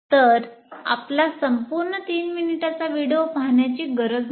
तर आपला संपूर्ण 30 मिनिटांचा व्हिडिओ पाहण्याची गरज नाही